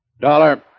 Dollar